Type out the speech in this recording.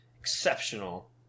Exceptional